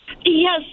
Yes